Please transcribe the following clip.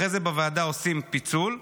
אחרי זה בוועדה עושים פיצול,